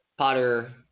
potter